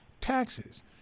taxes